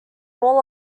all